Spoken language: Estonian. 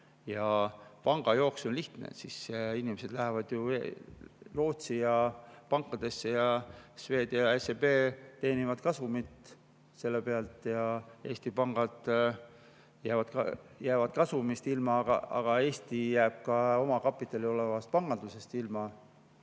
panga jaoks on lihtne – siis inimesed lähevad ju Rootsi pankadesse ning Swedbank ja SEB teenivad kasumit selle pealt, aga Eesti pangad jäävad kasumist ilma ja Eesti jääb ka omakapitalil olevast pangandusest ilma.